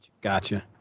Gotcha